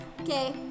okay